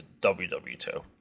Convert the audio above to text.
WW2